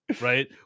right